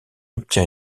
obtient